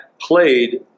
played